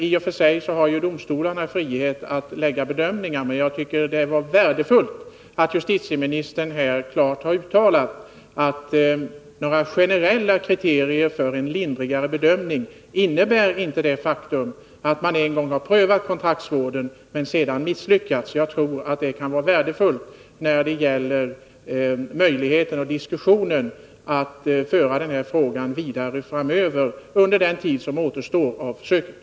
I och för sig har ju domstolarna frihet att göra bedömningar, men det är värdefullt att justitieministern här klart har uttalat att det faktum att man en gång har prövat kontraktsvård men misslyckats inte innebär något generellt kriterium för en lindrigare bedömning. Jag tror att det uttalandet kan vara värdefullt för diskussionen framöver och för möjligheterna att föra den här frågan vidare under den tid som återstår av försökstiden.